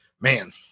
man –